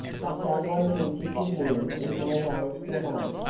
i've done my duty to you in more ways than one.